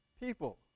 people